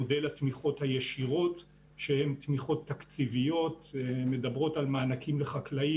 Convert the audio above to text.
מודל התמיכות הישירות שהן תמיכות תקציביות שמדברות על מענקים לחקלאים,